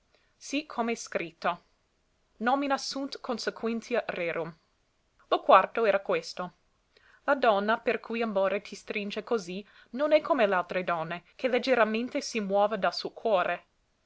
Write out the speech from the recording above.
sì come è scritto nomina sunt consequentia rerum lo quarto era questo la donna per cui amore ti stringe così non è come l'altre donne che leggeramente si muova dal